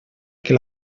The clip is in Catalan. que